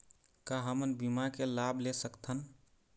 का हमन बीमा के लाभ ले सकथन?